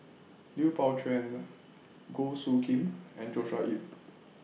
Lui Pao Chuen Goh Soo Khim and Joshua Ip